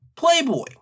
Playboy